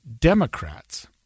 Democrats